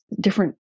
different